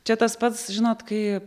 čia tas pats žinot kai